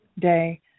Day